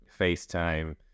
FaceTime